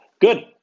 Good